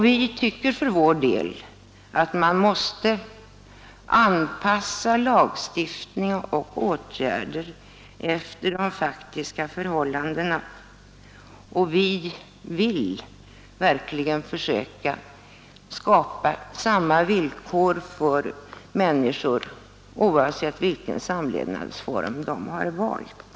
Vi tycker för vår ärder efter de faktiska del att man måste anpassa lagstiftning och å förhållandena, och vi vill verkligen försöka skapa samma villkor för människor, oavsett vilken samlevnadsform de har valt.